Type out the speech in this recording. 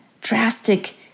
drastic